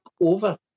over